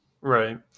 Right